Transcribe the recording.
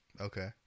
Okay